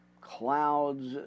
clouds